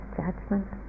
judgment